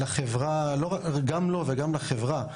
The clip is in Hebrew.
מביא ערך מאוד גבוה גם לו וגם לחברה.